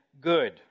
good